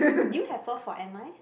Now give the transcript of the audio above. do you have forth for M_I